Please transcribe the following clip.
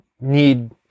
need